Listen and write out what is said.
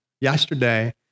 yesterday